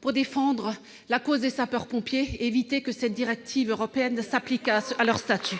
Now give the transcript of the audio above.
pour défendre la cause des sapeurs-pompiers volontaires et éviter que la directive européenne ne s'applique à leur statut.